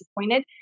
disappointed